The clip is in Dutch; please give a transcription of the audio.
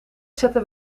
zetten